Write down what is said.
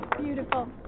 Beautiful